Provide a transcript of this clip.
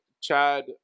Chad –